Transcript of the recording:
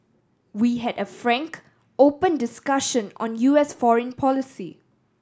we had a frank open discussion on U S foreign policy